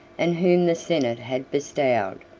and whom the senate had bestowed.